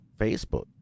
Facebook